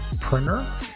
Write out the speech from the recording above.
Printer